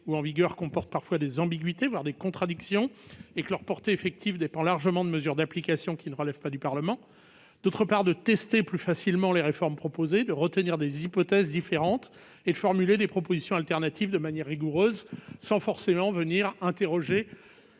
en vigueur comportent parfois des ambiguïtés, voire des contradictions, et que leur portée effective dépend largement de mesures d'application qui ne relèvent pas du Parlement ; et, d'autre part, de tester plus facilement les réformes proposées, de retenir des hypothèses différentes et de formuler des propositions alternatives de manière rigoureuse sans forcément interroger